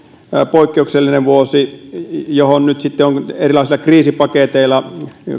poikkeuksellinen vuosi nyt sitten on erilaisilla kriisipaketeilla